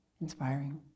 inspiring